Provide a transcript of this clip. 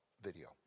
video